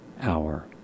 hour